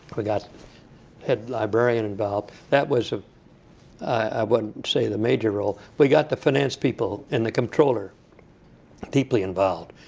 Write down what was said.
we got the head librarian involved. that was ah i wouldn't say the major role. but we got the finance people and the controller deeply involved.